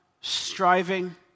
striving